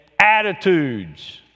attitudes